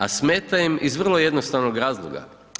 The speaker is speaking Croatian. A smeta im iz vrlo jednostavnog razloga.